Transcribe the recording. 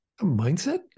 mindset